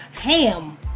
Ham